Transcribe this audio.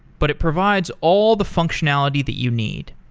but it provides all the functionality that you need.